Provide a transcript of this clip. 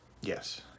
yes